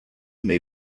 may